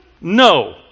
No